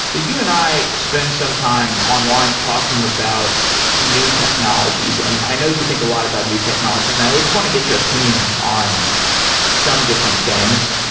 you and i spent some time online talking about new technologies. and i know you think a lot about new technologies. and i just want to get your opinions on some different things.